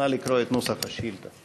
נא לקרוא את נוסח השאילתה.